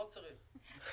לא צריך.